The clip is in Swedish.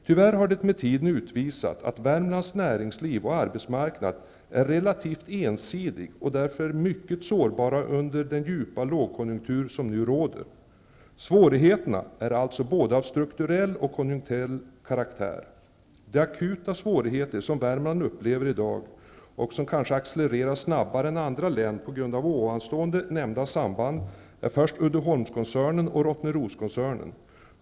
Tyvärr har det med tiden utvisats att Värmlands näringsliv och arbetsmarknad är relativt ensidiga och därför mycket sårbara under den djupa lågkonjunktur som nu råder. Svårigheterna är alltså både av strukturell och konjunkturell karaktär. De akuta svårigheter som Värmland upplever i dag och som kanske accelererar snabbare än i andra län på grund av ovanstående nämnda samband -- är främst Uddeholmskoncernen och Rottneroskoncernen.